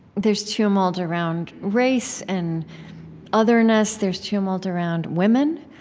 there's tumult around race and otherness. there's tumult around women.